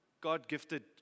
God-gifted